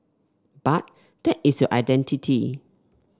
but that is your identity